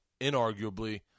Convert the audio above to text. inarguably